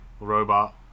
Robot